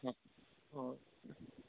ਹਾਂ ਹੋਰ